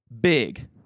big